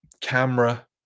Camera